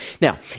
now